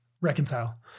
reconcile